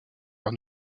leur